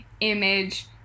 image